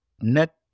Net